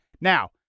Now